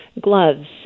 gloves